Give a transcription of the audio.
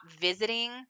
visiting